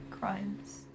Crimes